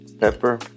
Pepper